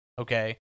Okay